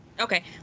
okay